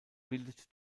bildet